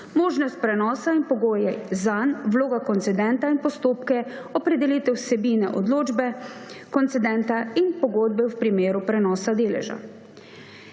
možnost prenosa in pogoje zanj, vloga koncedenta in postopke opredelitev vsebine odločbe koncedenta in pogodbe v primeru prenosa deleža.